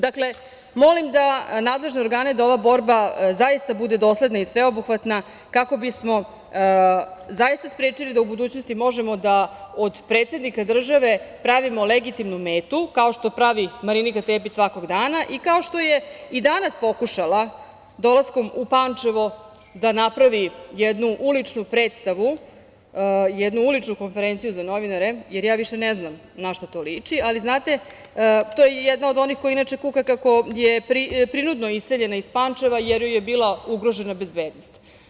Dakle, molim nadležne organe da ova borba zaista bude dosledna i sveobuhvatna kako bismo zaista sprečili da u budućnosti možemo da od predsednika države pravimo legitimnu metu, kao što pravi Marinika Tepić svakog dana i kao što je i danas pokušala dolaskom u Pančevo da napravi jednu uličnu predstavu, jednu uličnu konferenciju za novinare, jer više ne znam na šta to liči, ali to je jedna od onih koja kuka kako je prinudno iseljena iz Pančeva, jer joj je bila ugrožena bezbednost.